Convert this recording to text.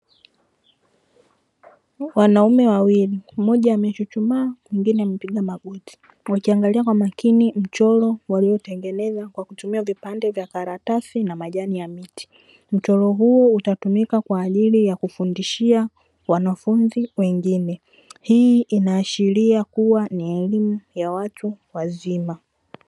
Wanaume wawili mmoja amechuchumaa mwingine amepiga magoti wakiangalia kwa makini mchoro walioutengeneza kwa kutumia vipande vya karatasi na majani ya miti, mchoro huo utatumika kwa ajili ya kufundishia wanafunzi wengine. Hii inaashiria kua ni elimu ya watu wazima.